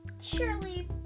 surely